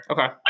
Okay